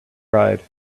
pride